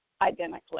identically